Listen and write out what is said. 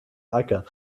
acker